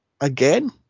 Again